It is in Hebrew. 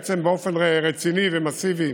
בעצם, באופן רציני ומסיבי,